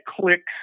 clicks